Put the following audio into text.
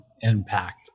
impact